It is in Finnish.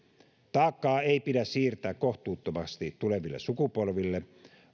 taakkaa ei pidä siirtää kohtuuttomasti tuleville sukupolville